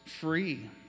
free